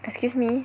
excuse me